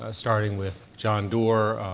ah starting with john doerr,